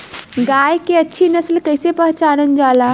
गाय के अच्छी नस्ल कइसे पहचानल जाला?